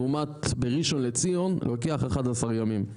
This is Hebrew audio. לעומת, בראשון לציון לוקח 11 ימים.